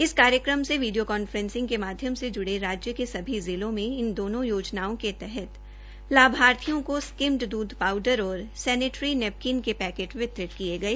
इस कार्यक्रम से वीडियो कॉन्फ्रेंसिंग के माध्यम से जूड़े राज्य के सभी जिलों में इन दोनों योजनाओं के तहत लाभार्थियों को स्किम्ड दूध पाउडर और सैनिटरी नैपकिन के पैकेट वितरित किए गए